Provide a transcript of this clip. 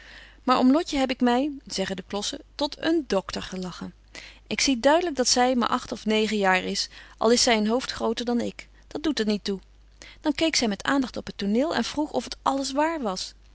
maar om lotje heb ik my tot een doctor gelachen ik zie duidelyk dat zy maar agt of negen jaar is al is zy een hoofd groter dan ik dat doet er niet toe dan keek zy met aandagt op het toneel en vroeg of het alles waar was